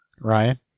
Ryan